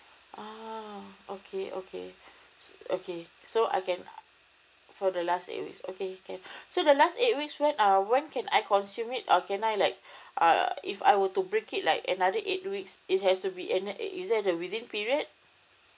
uh okay okay okay so I can for the last eight weeks okay can so the last eight week err when when can I consume it can I like uh if I were to break it like another eight weeks it has to be in is that the within period